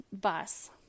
bus